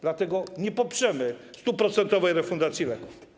Dlatego nie poprzemy 100% refundacji leków.